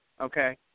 Okay